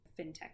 fintech